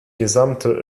gesamte